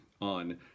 on